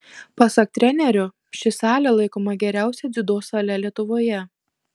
pasak trenerio ši salė laikoma geriausia dziudo sale lietuvoje